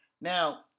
Now